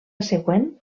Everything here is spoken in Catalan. següent